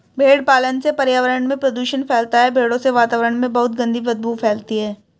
भेड़ पालन से पर्यावरण में प्रदूषण फैलता है भेड़ों से वातावरण में बहुत गंदी बदबू फैलती है